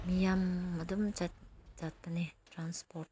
ꯃꯤꯌꯥꯝ ꯑꯗꯨꯝ ꯆꯠꯄꯅꯦ ꯇ꯭ꯔꯥꯟꯁꯄ꯭ꯣꯔꯠ